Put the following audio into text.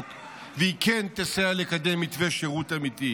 והיא כן תסייע לקדם מתווה שירות אמיתי.